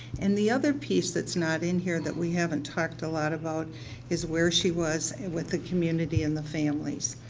and the other piece that's not in here that we haven't talked a lot about is where she was with the community and the families,